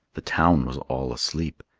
the town was all asleep.